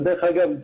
ודרך אגב,